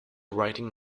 writing